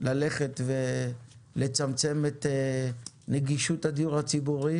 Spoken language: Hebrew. ללכת ולצמצם את נגישות הדיור הציבורי?